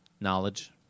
Knowledge